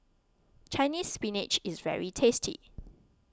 Chinese Spinach is very tasty